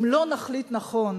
אם לא נחליט נכון